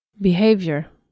Behavior